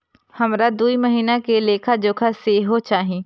हमरा दूय महीना के लेखा जोखा सेहो चाही